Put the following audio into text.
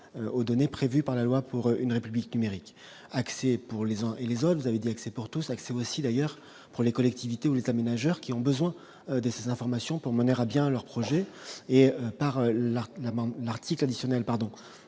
aux données prévue par la loi pour une République numérique, accès pour les uns et les autres, vous avez d'excès pour tout ça que c'est aussi d'ailleurs pour les collectivités ou les aménageurs qui ont besoin des informations pour mener à bien leur projet et par l'ARC, la banque